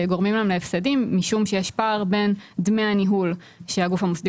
גורמים הפסדים משום שיש פער בין דמי הניהול שהגוף המוסדי